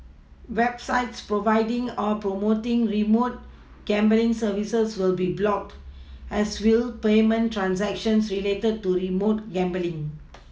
websites providing or promoting remote gambling services will be blocked as will payment transactions related to remote gambling